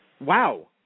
Wow